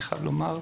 אני חייב לומר,